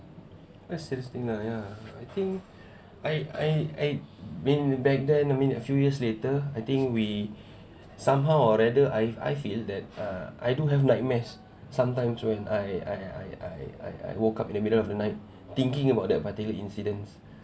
is a strange thing lah ya I think I I I mean back then I mean a few years later I think we somehow or rather I I feel that uh I do have nightmares sometimes when I I I I woke up in the middle of the night thinking about that particular incidence